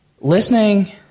Listening